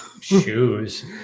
Shoes